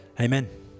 Amen